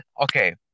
okay